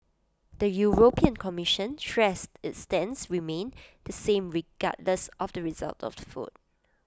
the european commission stressed its stance remained the same regardless of the result of the vote